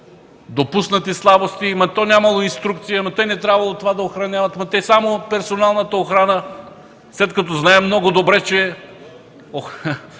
допуснати слабости – ама то нямало инструкция, ама те не трябвало това да охраняват, те само персоналната охрана. След като знаем много добре, че охраната